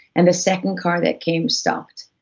and the second car that came stopped.